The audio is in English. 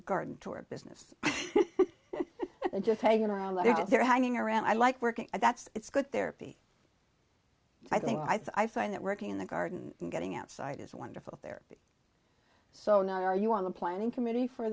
garden tour business just you know a lot if they're hanging around i like working that's it's good therapy i think i find that working in the garden and getting outside is wonderful there so not are you on the planning committee for